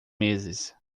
meses